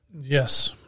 Yes